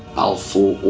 balfour,